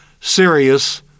serious